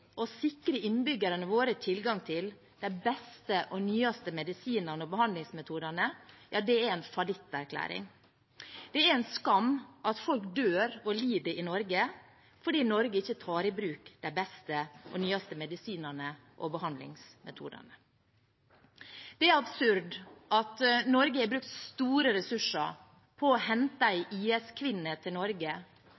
å sikre innbyggerne våre tilgang til de beste og nyeste medisinene og behandlingsmetodene, er en fallitterklæring. Det er en skam at folk dør og lider i Norge fordi Norge ikke tar i bruk de beste og nyeste medisinene og behandlingsmetodene. Det er absurd at Norge har brukt store ressurser på å hente